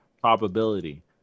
probability